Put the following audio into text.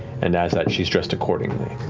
and as that, she's dressed accordingly.